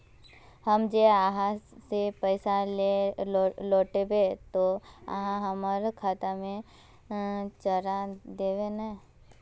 हम जे आहाँ के पैसा लौटैबे ते आहाँ हमरा खाता में चढ़ा देबे नय?